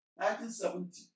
1970